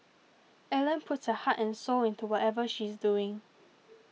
Ellen puts her heart and soul into whatever she's doing